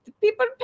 people